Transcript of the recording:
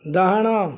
ଡାହାଣ